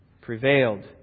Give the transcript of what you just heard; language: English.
prevailed